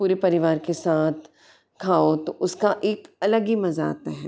पूरे परिवार के साथ खाओ तो उसका एक अलग ही मज़ा आता है